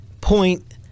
point